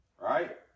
right